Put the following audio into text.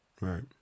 Right